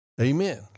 Amen